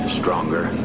stronger